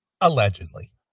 Allegedly